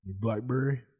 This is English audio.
Blackberry